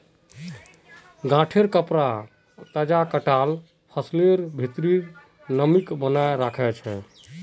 गांठेंर कपडा तजा कटाल फसलेर भित्रीर नमीक बनयें रखे छै